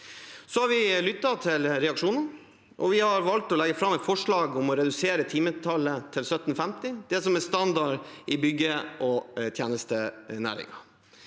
Så har vi lyttet til reaksjoner, og vi har valgt å legge fram et forslag om å redusere timetallet til 1 750, som er standard i byggenæringen og i tjenestenæringen.